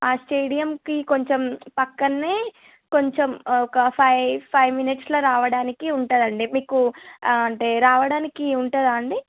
ఆ స్టేడియంకి కొంచెం పక్కన్నే కొంచెం ఒక ఫైవ్ ఫైవ్ మినిట్స్లో రావడానికి ఉంటుందండి మీకు అంటే రావడానికి ఉంటుందా అండి